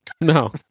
No